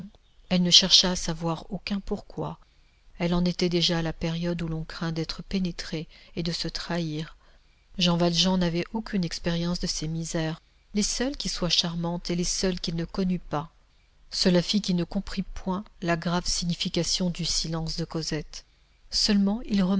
elle ne chercha à savoir aucun pourquoi elle en était déjà à la période où l'on craint d'être pénétré et de se trahir jean valjean n'avait aucune expérience de ces misères les seules qui soient charmantes et les seules qu'il ne connût pas cela fit qu'il ne comprit point la grave signification du silence de cosette seulement il